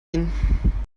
ihn